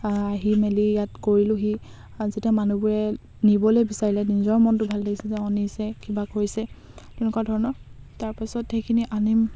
আহি মেলি ইয়াত কৰিলোঁহি যেতিয়া মানুহবোৰে নিবলৈ বিচাৰিলে নিজৰ মনটো ভাল লাগিছে যে অঁ নিছে কিবা কৰিছে তেনেকুৱা ধৰণৰ তাৰপাছত সেইখিনি আনিম